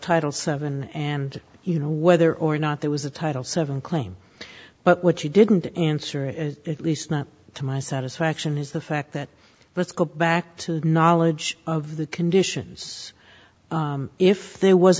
title seven and you know whether or not there was a title seven claim but what you didn't answer at least not to my satisfaction is the fact that let's go back to the knowledge of the conditions if there was